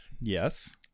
yes